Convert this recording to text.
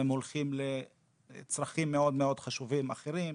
והם הולכים לצרכים מאוד מאוד חשובים אחרים,